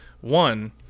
One